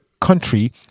country